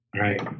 right